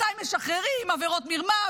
מתי משחררים עבירות מרמה,